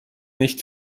nicht